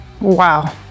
Wow